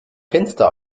fenster